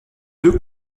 deux